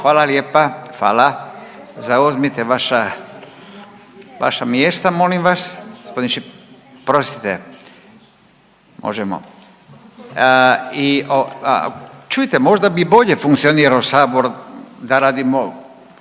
U 19:08 SATI Zauzmite vaša mjesta molim vas, oprostite možemo. Čujte možda bi bolje funkcionirao sabor da radimo